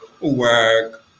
Work